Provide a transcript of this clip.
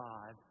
God